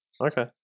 Okay